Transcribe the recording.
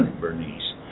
Bernice